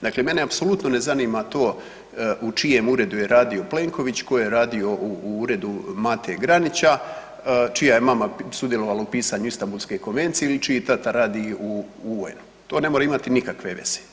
Dakle, mene apsolutno ne zanima to u čijem uredu je radio Plenković, ko je radi u uredu Mate Granića, čija je mama sudjelovala u pisanju Istambulske konvencije ili čiji tata radi u UN-u, to ne mora imati nikakve veze.